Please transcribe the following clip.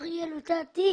אריה לוטטי,